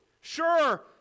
Sure